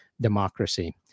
Democracy